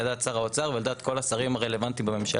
היא על דעת שר האוצר ועל דעת כל השרים הרלוונטיים בממשלה.